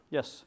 Yes